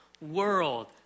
world